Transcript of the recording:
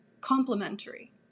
complementary